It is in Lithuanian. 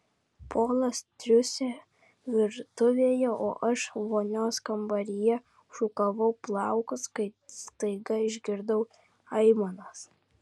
polas triūsė virtuvėje o aš vonios kambaryje šukavau plaukus kai staiga išgirdau aimanas